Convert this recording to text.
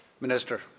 Minister